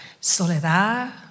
Soledad